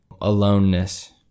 aloneness